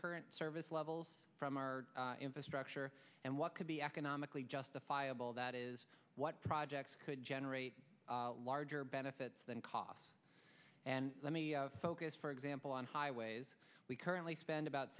current service levels from our infrastructure and what could be economically justifiable that is what projects could generate larger benefits than costs and let me focus for example on highways we currently spend about